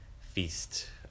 feast